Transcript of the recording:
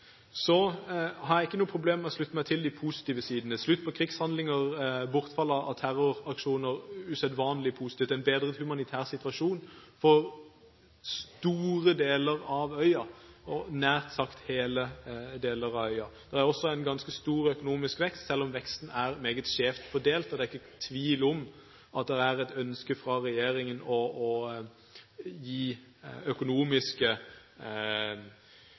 har ikke noen problemer med å slutte meg til de positive sidene: Slutt på krigshandlinger, bortfall av terroraksjoner – dette er usedvanlig positivt – og en bedret humanitær situasjon for store deler av øya, nær sagt hele øya. Det er også en ganske stor økonomisk vekst, selv om veksten er meget skjevt fordelt, og det er ikke tvil om at det er et ønske fra regjeringen om å gi økonomiske